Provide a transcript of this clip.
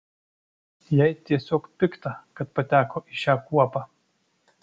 jai tiesiog pikta kad pateko į šią kuopą